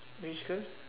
which girl